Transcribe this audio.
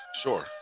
Sure